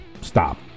stop